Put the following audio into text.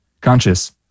conscious